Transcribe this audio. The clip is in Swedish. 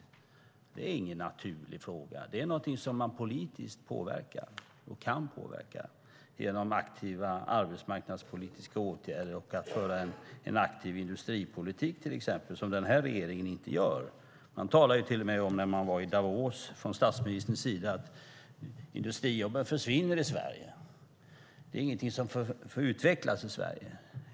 Nej, det är ingen naturlig fråga, utan det är något som man politiskt kan påverka genom aktiva arbetsmarknadspolitiska åtgärder och genom att föra en aktiv industripolitik, vilket den här regeringen inte gör. När man var i Davos talade man till och med från statsministerns sida om att industrijobben i Sverige försvinner, att det inget som får utvecklas i Sverige.